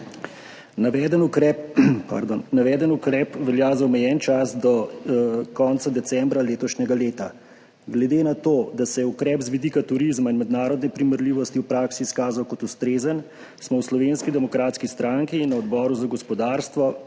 Naveden ukrep velja za omejen čas do konca decembra letošnjega leta. Glede na to, da se je ukrep z vidika turizma in mednarodne primerljivosti v praksi izkazal kot ustrezen, smo v Slovenski demokratski stranki na Odboru za gospodarstvo